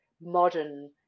modern